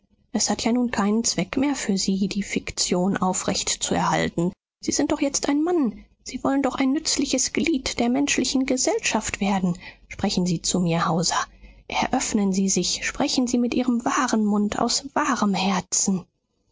es hat ja nun keinen zweck mehr für sie die fiktion aufrechtzuerhalten sie sind doch jetzt ein mann sie wollen doch ein nützliches glied der menschlichen gesellschaft werden sprechen sie zu mir hauser eröffnen sie sich sprechen sie mit ihrem wahren mund aus wahrem herzen